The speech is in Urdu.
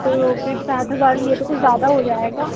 تو پھر سات ہزار یہ تو کچھ زیادہ ہو جائے گا